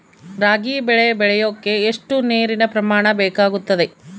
ರಾಗಿ ಬೆಳೆ ಬೆಳೆಯೋಕೆ ಎಷ್ಟು ನೇರಿನ ಪ್ರಮಾಣ ಬೇಕಾಗುತ್ತದೆ?